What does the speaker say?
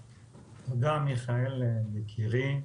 תודה, מיכאל יקירי.